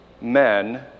men